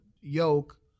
yoke